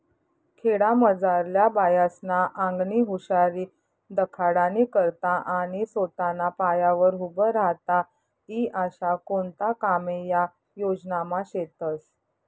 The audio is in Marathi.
खेडामझारल्या बायास्ना आंगनी हुशारी दखाडानी करता आणि सोताना पायावर उभं राहता ई आशा कोणता कामे या योजनामा शेतस